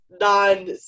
non